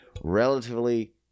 relatively